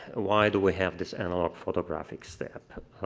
why do we have this analog photographic step?